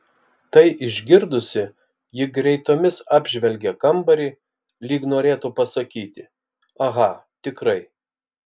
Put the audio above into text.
tai išgirdusi ji greitomis apžvelgia kambarį lyg norėtų pasakyti aha tikrai